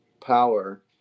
power